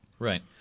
Right